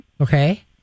Okay